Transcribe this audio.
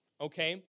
okay